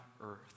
earth